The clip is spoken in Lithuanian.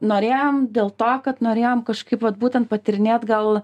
norėjom dėl to kad norėjom kažkaip vat būtent patyrinėt gal